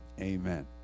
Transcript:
amen